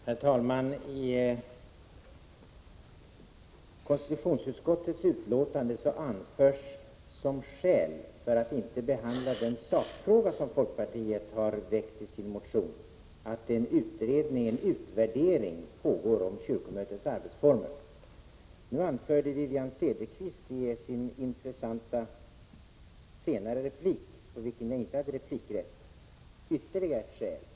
Herr talman! I konstitutionsutskottets betänkande anförs som skäl för att inte behandla den sakfråga som vi folkpartister har väckt i vår motion att en utvärdering pågår om kyrkomötets arbetsformer. Nu anförde Wivi-Anne Cederqvist i sin intressanta senare replik, på vilken jag inte hade replikrätt, ytterligare ett skäl.